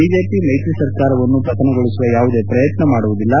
BJP ಮೈತ್ರಿ ಸರ್ಕಾರವನ್ನು ಪತನಗೊಳಿಸುವ ಯಾವುದೇ ಪ್ರಯತ್ನ ಮಾಡುವುದಿಲ್ಲ